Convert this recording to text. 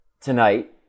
tonight